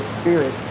spirit